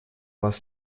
вас